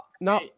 no